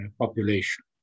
population